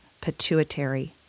pituitary